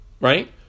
right